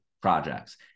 projects